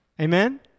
Amen